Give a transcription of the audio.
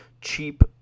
cheap